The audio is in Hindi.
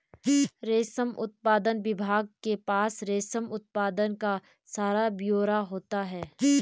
रेशम उत्पादन विभाग के पास रेशम उत्पादन का सारा ब्यौरा होता है